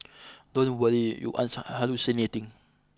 don't worry you aren't hallucinating